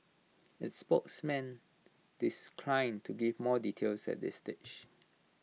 its spokesman to give more details at this stage